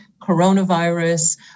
coronavirus